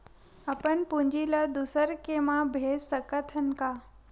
अपन पूंजी ला दुसर के मा भेज सकत हन का?